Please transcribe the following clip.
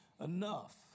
enough